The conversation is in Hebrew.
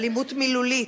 אלימות מילולית,